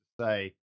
say